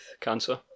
cancer